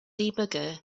debugger